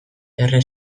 erre